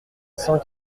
cent